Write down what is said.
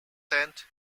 sent